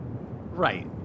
Right